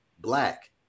black